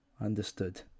understood